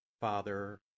Father